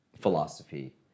philosophy